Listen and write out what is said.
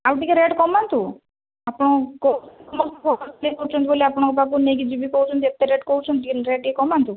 ଆଉ ଟିକେ ରେଟ୍ କମାନ୍ତୁ ଆପଣ ଭଲ ସିଲାଇ କରୁଛନ୍ତି ବୋଲି ଆପଣଙ୍କ ପାଖକୁ ନେଇକି ଯିବି କହୁଛନ୍ତି ଏତେ ରେଟ୍ କହୁଚନ୍ତି ରେଟ୍ ଟିକେ କମାନ୍ତୁ